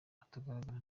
atagaragara